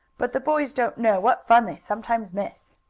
but the boys don't know what fun they sometimes miss.